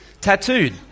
tattooed